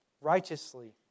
righteously